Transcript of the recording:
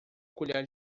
colher